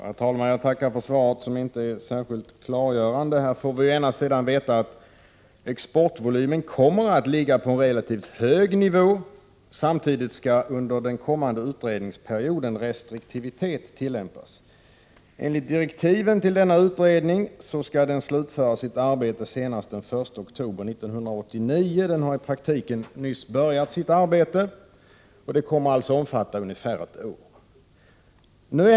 Herr talman! Jag tackar för svaret, som inte är särskilt klargörande. Här får jag veta att exportvolymen kommer att ligga på en relativt hög nivå samtidigt som restriktivitet skall tillämpas under den kommande utredningsperioden. Enligt direktiven till utredningen skall den slutföra sitt arbete senast den 1 oktober 1989. Den har i praktiken nyss börjat sitt arbete och kommer alltså att omfatta ungefär ett år.